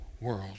world